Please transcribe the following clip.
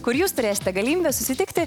kur jūs turėsite galimybę susitikti